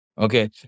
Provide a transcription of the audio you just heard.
Okay